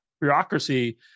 bureaucracy